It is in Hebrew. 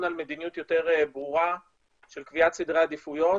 על מדיניות יותר ברורה של קביעת סדרי עדיפויות.